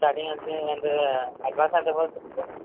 starting ఎంత ఎంత advance ఎంత ఇవ్వాలి సార్ మీకు